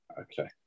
Okay